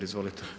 Izvolite.